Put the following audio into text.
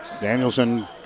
Danielson